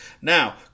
Now